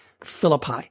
Philippi